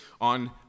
on